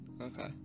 okay